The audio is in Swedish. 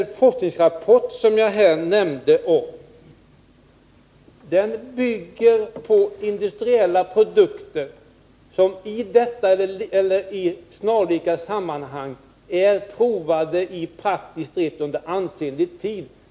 Den forskningsrapport som jag här nämnde bygger på industriella produkter som i snarlika sammanhang är provade praktiskt under ansenlig tid.